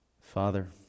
Father